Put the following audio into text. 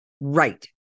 Right